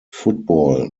football